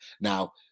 Now